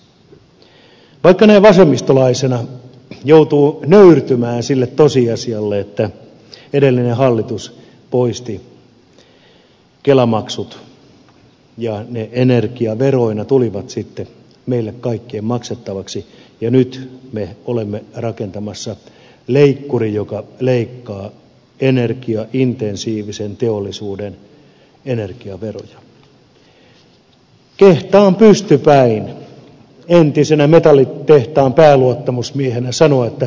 vaikka näin vasemmistolaisena joutuu nöyrtymään sille tosiasialle että edellinen hallitus poisti kelamaksut ja ne energiaveroina tulivat sitten meille kaikkien maksettaviksi ja nyt me olemme rakentamassa leikkurin joka leikkaa energiaintensiivisen teollisuuden energiaveroja kehtaan pystypäin entisenä metallitehtaan pääluottamusmiehenä sanoa että se valinta oli oikea